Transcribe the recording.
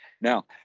Now